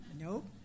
nope